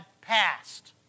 passed